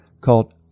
called